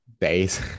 days